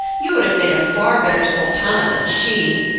you would have made a far better sultana than she.